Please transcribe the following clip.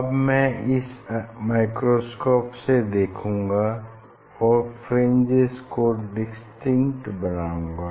अब मैं इस माइक्रोस्कोप से देखूंगा और फ्रिंजेस को डिस्टिंक्ट बनाऊंगा